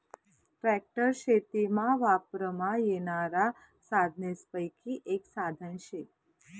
tractor शेतीमा वापरमा येनारा साधनेसपैकी एक साधन शे